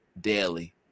daily